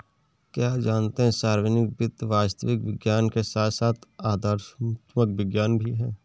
क्या आप जानते है सार्वजनिक वित्त वास्तविक विज्ञान के साथ साथ आदर्शात्मक विज्ञान भी है?